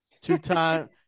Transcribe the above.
Two-time